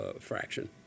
fraction